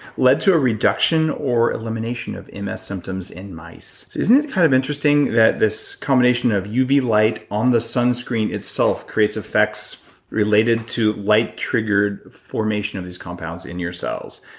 led to a reduction or elimination of ms symptoms in mice. isn't it kind of interesting that this combination of uv light on the sunscreen itself created effects related to light triggers formation of these compounds in your cells?